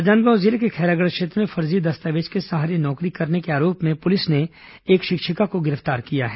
राजनांदगांव जिले के खैरागढ़ क्षेत्र में फर्जी दस्तावेज के सहारे नौकरी करने के आरोप में पुलिस ने एक शिक्षिका को गिरफ्तार किया है